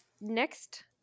next